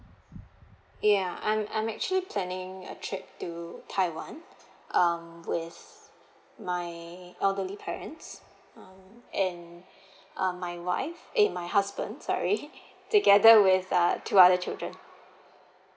ya I'm I'm actually planning a trip to taiwan um with my elderly parents um and uh my wife eh my husband sorry together with uh two other children